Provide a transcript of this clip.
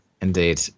indeed